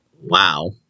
Wow